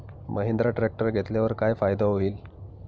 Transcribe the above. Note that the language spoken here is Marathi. महिंद्रा ट्रॅक्टर घेतल्यावर काय फायदा होईल?